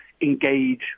engage